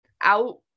out